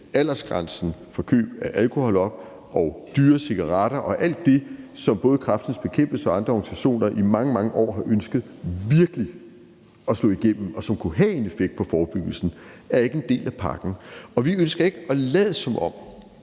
aldersgrænsen op for køb af alkohol og dyre cigaretter og alt det, som både Kræftens Bekæmpelse og andre organisationer i mange, mange år har ønsket virkelig kunne slå igennem, og som kunne have en effekt på forebyggelsen, ikke er en del af pakken. Og vi ønsker ikke at lade, som om